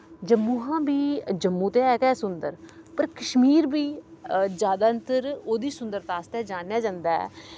जम्मू हा बी जम्मू ते ऐ गै सुंदर पर कश्मीर बी जैदातर ओह्दी सुदंता आस्तै जानेआ जंदा ऐ